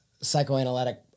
psychoanalytic